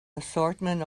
assortment